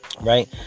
right